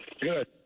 Good